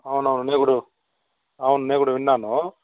అవునవును ఇప్పుడు అవును నేను కూడా విన్నాను